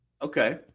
Okay